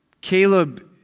Caleb